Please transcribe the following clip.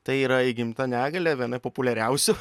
tai yra įgimta negalia viena populiariausių